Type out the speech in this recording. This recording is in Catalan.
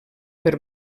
per